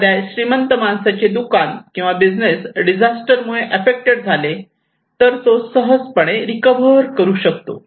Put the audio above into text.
एखाद्या श्रीमंत माणसाचे दुकान किंवा बिजनेस डिझास्टर मुळे आफ्फेक्टेड झाले तर तो सहज पणे रिकव्हर करू शकतो